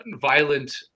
violent